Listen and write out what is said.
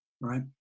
right